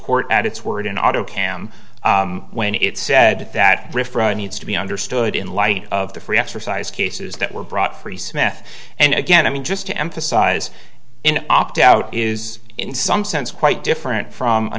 court at its word in auto cam when it's said that needs to be understood in light of the free exercise cases that were brought for the smith and again i mean just to emphasize in opt out is in some sense quite different from a